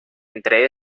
entre